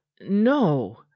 no